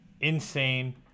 Insane